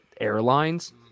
airlines